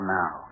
now